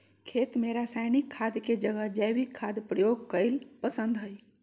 खेत में रासायनिक खाद के जगह जैविक खाद प्रयोग कईल पसंद हई